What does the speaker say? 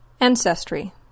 Ancestry